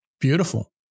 Beautiful